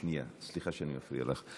שנייה, סליחה שאני מפריע לך.